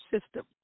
system